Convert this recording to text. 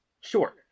short